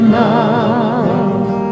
love